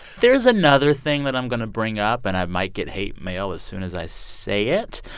there's another thing that i'm going to bring up, and i might get hate mail as soon as i say it.